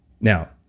Now